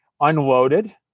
unloaded